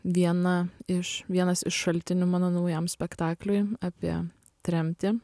viena iš vienas iš šaltinių mano naujam spektakliui apie tremtį